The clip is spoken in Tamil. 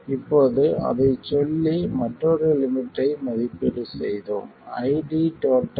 இப்போது அதைச் சொல்லி மற்றொரு லிமிட்டை மதிப்பீடு செய்தோம் ID 0